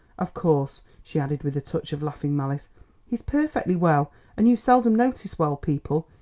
of course she added with a touch of laughing malice he's perfectly well, and you seldom notice well people,